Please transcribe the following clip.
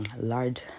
Large